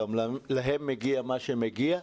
גם להם מגיע מה שמגיע,